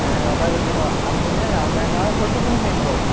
কৈছে ন আপোনাৰ ৰাওনা গাঁৱৰ ঘৰটো কোনখিনিত বাৰু